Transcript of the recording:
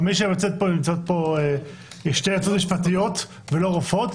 יש פה שתי יועצות משפטיות ולא רופאות.